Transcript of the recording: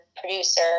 producer